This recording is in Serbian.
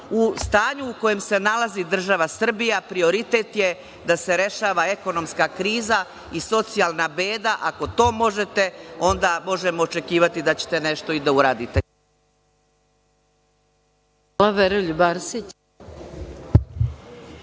U stanju u kojem se nalazi država Srbija prioritet je da se rešava ekonomska kriza i socijalna beda. Ako to možete, onda možemo očekivati da ćete nešto i da uradite.